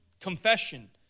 confession